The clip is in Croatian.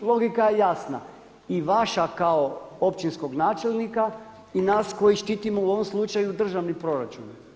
Logika je jasna i vaša kao općinskog načelnika i nas koji štitimo u ovom slučaju državni proračun.